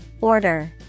Order